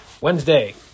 Wednesday